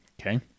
okay